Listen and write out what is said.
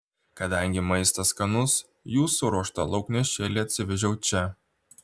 kadangi maistas skanus jų suruoštą lauknešėlį atsivežiau čia